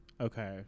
okay